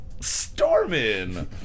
Stormin